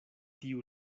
tiu